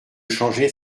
changer